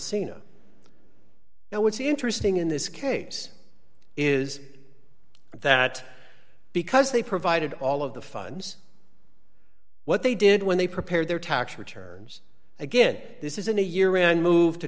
now what's interesting in this case is that because they provided all of the funds what they did when they prepared their tax return again this isn't a year and moved to